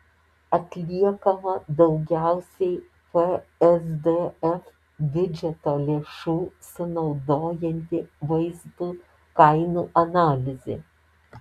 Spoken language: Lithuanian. atliekama daugiausiai psdf biudžeto lėšų sunaudojanti vaistų kainų analizė